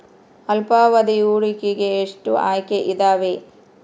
ಅಲ್ಪಾವಧಿ ಹೂಡಿಕೆಗೆ ಎಷ್ಟು ಆಯ್ಕೆ ಇದಾವೇ?